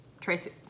Tracy